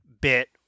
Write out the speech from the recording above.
bit